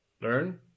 learn